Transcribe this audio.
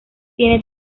tiene